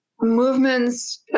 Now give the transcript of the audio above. movements